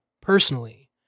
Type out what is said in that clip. personally